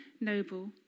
noble